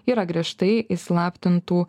yra griežtai įslaptintų